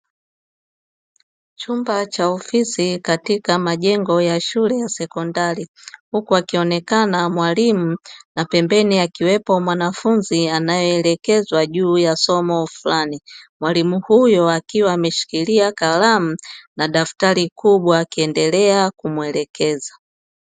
Chumba cha ofisi katika majengo ya shule ya sekondari, huku akionekana mwalimu na pembeni akiwepo mwanafunzi anayeelekezwa juu ya somo fulani. Mwalimu huyo akiwa ameshikilia kalamu na daftari kubwa akiendelea kumuelekeza.